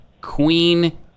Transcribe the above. Queen